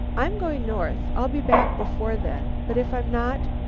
i'm going north. i'll be back before then. but if i'm not,